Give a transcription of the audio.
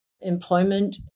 Employment